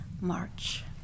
march